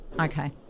okay